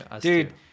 dude